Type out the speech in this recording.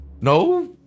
No